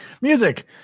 music